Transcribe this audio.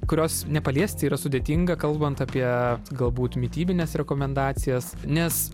kurios nepaliesti yra sudėtinga kalbant apie galbūt mitybines rekomendacijas nes